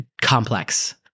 complex